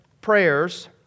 prayers